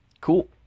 cool